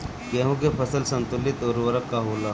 गेहूं के फसल संतुलित उर्वरक का होला?